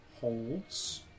holds